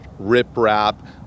riprap